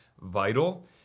vital